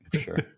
Sure